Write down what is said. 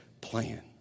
plan